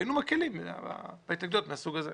והיינו מקלים בהתנגדויות מהסוג הזה.